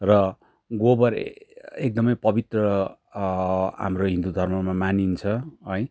र गोबर एकदमै पवित्र हाम्रो हिन्दू धर्ममा मानिन्छ है